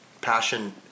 passion